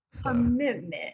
Commitment